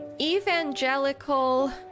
evangelical